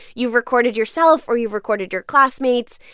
you've recorded yourself, or you've recorded your classmates.